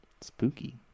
Spooky